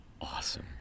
awesome